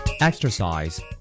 Exercise